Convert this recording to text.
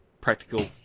practical